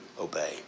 obey